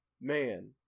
man